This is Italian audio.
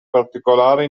particolare